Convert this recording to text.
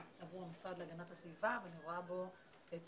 עבור המשרד להגנת הסביבה ואני רואה בה את